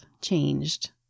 changed